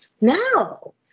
No